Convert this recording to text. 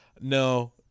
No